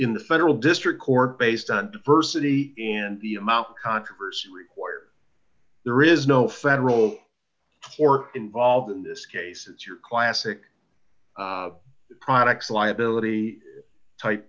in the federal district court based on diversity and the amount of controversy there is no federal court involved in this case it's your classic products liability type